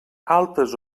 altes